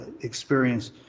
experience